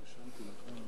רבותי חברי הכנסת,